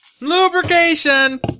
Lubrication